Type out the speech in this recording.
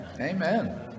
Amen